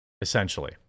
essentially